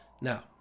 Now